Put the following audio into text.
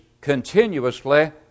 continuously